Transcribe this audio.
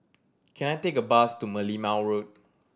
can I take a bus to Merlimau Road